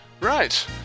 Right